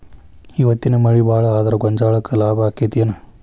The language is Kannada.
ಇವತ್ತಿನ ಮಳಿ ಭಾಳ ಆದರ ಗೊಂಜಾಳಕ್ಕ ಲಾಭ ಆಕ್ಕೆತಿ ಏನ್?